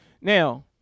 now